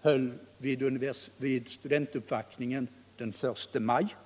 höll vid studentuppvaktningen den 1 maj.